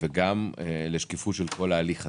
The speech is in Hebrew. וגם לשקיפות של כל ההליך הזה.